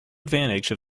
advantage